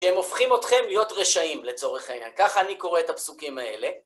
שהם הופכים אתכם להיות רשעים, לצורך העניין. כך אני קורא את הפסוקים האלה.